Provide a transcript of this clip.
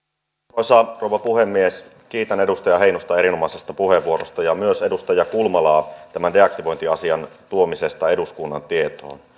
arvoisa rouva puhemies kiitän edustaja heinosta erinomaisesta puheenvuorosta ja myös edustaja kulmalaa tämän deaktivointiasian tuomisesta eduskunnan tietoon